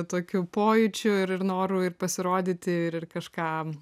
tokiu pojūčiu ir ir noru ir pasirodyti ir ir kažką